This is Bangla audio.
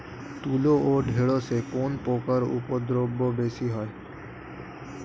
তুলো ও ঢেঁড়সে কোন পোকার উপদ্রব বেশি হয়?